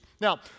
Now